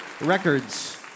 Records